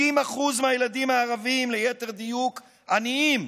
60% מהילדים הערבים, ליתר דיוק, עניים.